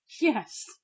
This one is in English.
Yes